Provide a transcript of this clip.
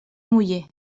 muller